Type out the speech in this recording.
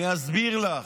אני אסביר לך,